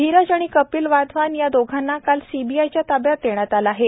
धीरज व कपिल वाधवान या दोघांना काल सीबीआयच्या ताब्यात देण्यात आलं आहे